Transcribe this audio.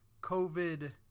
COVID